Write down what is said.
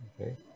Okay